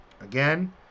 Again